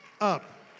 up